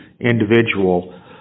Individual